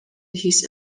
his